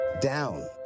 Down